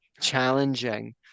challenging